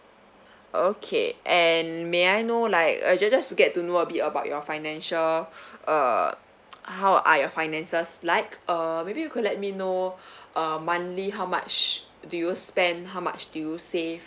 okay and may I know like uh just get to know a bit about your financial uh how are your finances like uh maybe you could let me know uh monthly how much do you spend how much do you save